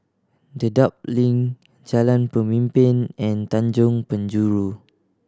Dedap Link Jalan Pemimpin and Tanjong Penjuru